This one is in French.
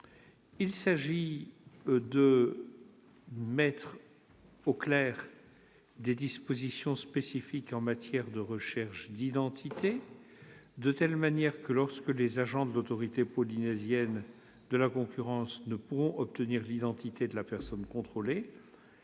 il s'agit de mettre au clair des dispositions spécifiques en matière de recherche d'identité, de telle manière que, lorsque les agents de l'autorité polynésienne de la concurrence ne pourront obtenir l'identité de la personne contrôlée,